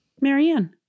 Marianne